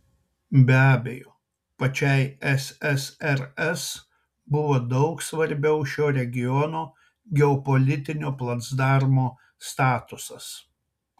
be abejo pačiai ssrs buvo daug svarbiau šio regiono geopolitinio placdarmo statusas